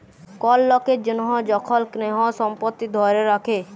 call লকের জনহ যখল কেহু সম্পত্তি ধ্যরে রাখে